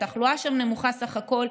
והתחלואה שם נמוכה בסך הכול.